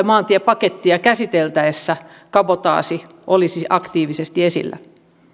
maantiepakettia käsiteltäessä kabotaasi olisi aktiivisesti esillä